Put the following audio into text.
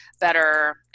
better